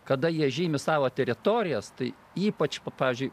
kada jie žymi savo teritorijas tai ypač pavyzdžiui